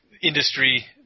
industry